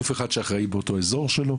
גוף אחד אחראי באותו אזור שלו,